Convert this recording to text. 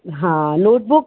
हाँ नोटबुक